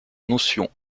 notion